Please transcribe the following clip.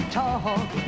talk